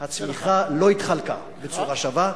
הצמיחה לא התחלקה בצורה שווה,